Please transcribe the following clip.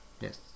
Yes